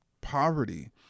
poverty